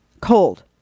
cold